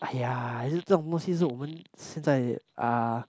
!aiya! 还是这种东西我们现在 uh